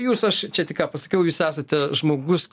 jūs aš čia tik ką pasakiau jūs esate žmogus